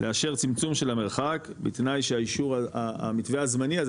לאשר צמצום של המרחק בתנאי שהאישור המתווה הזמני הזה